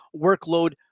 workload